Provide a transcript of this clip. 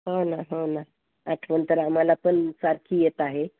हो ना हो ना आठवण तर आम्हालापण सारखी येत आहे